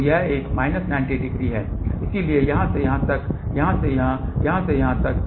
तो यह माइनस 90 है इसलिए यहां से यहां तक यहां से यहां यहां से यहां तक